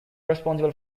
responsible